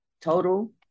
total